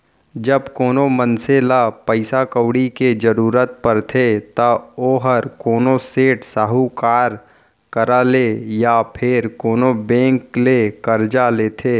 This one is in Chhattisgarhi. जब कोनो मनसे ल पइसा कउड़ी के जरूरत परथे त ओहर कोनो सेठ, साहूकार करा ले या फेर कोनो बेंक ले करजा लेथे